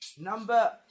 Number